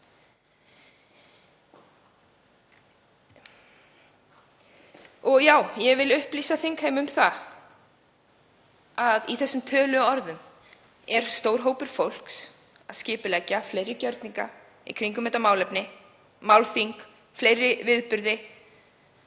Ég vil upplýsa þingheim um það að í þessum töluðu orðum er stór hópur fólks að skipuleggja fleiri gjörninga í kringum þetta málefni, málþing, fleiri viðburði,